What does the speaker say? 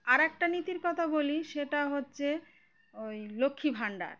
আর একটা নীতির কথা বলি সেটা হচ্ছে ওই লক্ষ্মী ভাণ্ডার